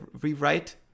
rewrite